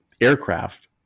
aircraft